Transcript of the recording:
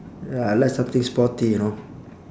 ya I like something sporty you know